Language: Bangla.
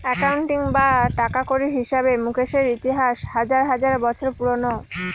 একাউন্টিং বা টাকাকড়ির হিসাবে মুকেশের ইতিহাস হাজার হাজার বছর পুরোনো